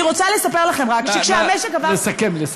אני רוצה לספר לכם רק שכשהמשק עבר, לסכם, לסכם.